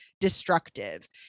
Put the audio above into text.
destructive